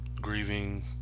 grieving